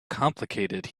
complicated